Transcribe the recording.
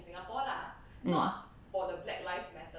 um